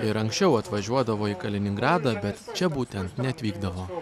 ir anksčiau atvažiuodavo į kaliningradą bet čia būtent neatvykdavo